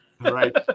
Right